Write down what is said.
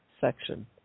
section